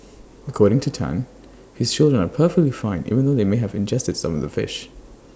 according to Tan his children are perfectly fine even though they may have ingested some of the fish